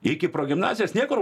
iki progimnazijos niekur